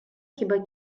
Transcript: хіба